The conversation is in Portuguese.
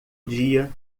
dia